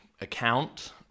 account